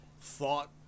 thought